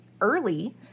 early